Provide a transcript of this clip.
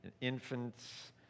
infants